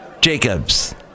Jacobs